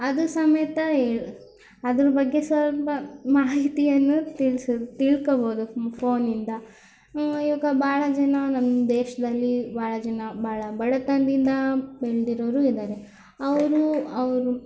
ಅದು ಸಮೇತ ಹೇಳಿ ಅದರ ಬಗ್ಗೆ ಸ್ವಲ್ಪ ಮಾಹಿತಿಯನ್ನು ತಿಳ್ಸ್ದ್ ತಿಳ್ಕೊಬೋದು ಫೋನಿಂದ ಈವಾಗ ಬಹಳ ಜನ ನಮ್ಮ ದೇಶದಲ್ಲಿ ಬಹಳ ಜನ ಭಾಳ ಬಡತನದಿಂದ ಬೆಳೆದಿರೋರು ಇದ್ದಾರೆ ಅವರು ಅವರು